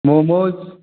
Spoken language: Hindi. मोमोज